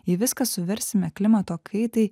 jei viską suversime klimato kaitai